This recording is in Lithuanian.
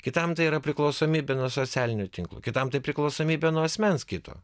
kitam tai yra priklausomybė nuo socialinių tinklų kitam tai priklausomybė nuo asmens kito